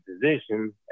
position